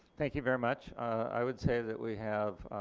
thank you very much i would say that we have